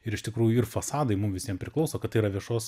ir iš tikrųjų ir fasadai mum visiem priklauso kad tai yra viešos